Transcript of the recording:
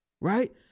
right